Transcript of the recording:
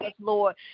Lord